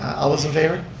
all those in favor?